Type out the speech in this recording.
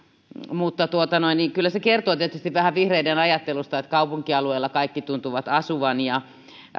mutta kyllä se kertoo tietysti vähän vihreiden ajattelusta että kaupunkialueella kaikki tuntuvat asuvan ja